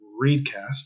readcast